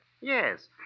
Yes